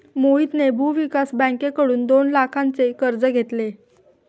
मोहितने भूविकास बँकेकडून दोन लाखांचे कर्ज घेतले